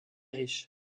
riche